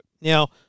Now